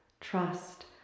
trust